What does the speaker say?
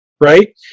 right